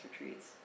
retreats